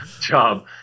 job